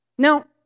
Now